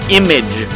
image